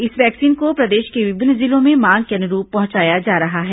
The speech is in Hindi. इस वैक्सीन को प्रदेश के विभिन्न जिलों में मांग के अनुरूप पहुंचाया जा रहा है